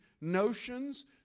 notions